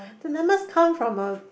the numbers come from a